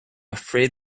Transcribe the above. afraid